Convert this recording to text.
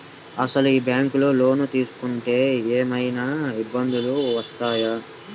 అసలు ఈ బ్యాంక్లో లోన్ తీసుకుంటే ఏమయినా ఇబ్బందులు వస్తాయా?